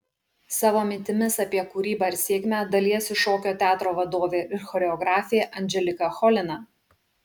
savo mintimis apie kūrybą ir sėkmę dalijasi šokio teatro vadovė ir choreografė anželika cholina